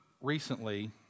recently